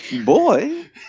boy